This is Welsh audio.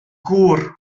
gŵr